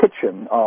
kitchen